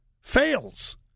fails